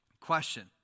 Question